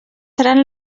seran